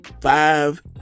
five